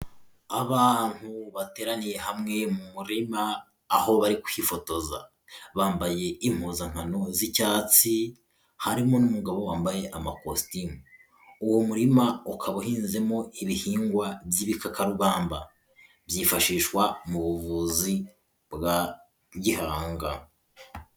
Abantu bateraniye hamwe mu murima, aho bari kwifotoza. Bambaye impuzankano z'icyatsi, harimo n'umugabo wambaye amakositimu, uwo murima ukaba uhinzemo ibihingwa by'ibikakarubamba byifashishwa mu buvuzi bwa gihanga.